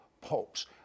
popes